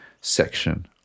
section